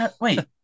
Wait